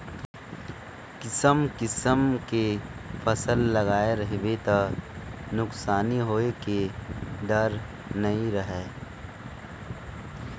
किसम किसम के फसल लगाए रहिबे त नुकसानी होए के डर नइ रहय